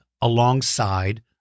alongside